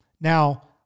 Now